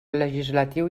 legislatiu